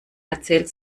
erzählt